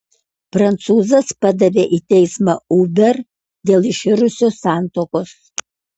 prancūzas padavė į teismą uber dėl iširusios santuokos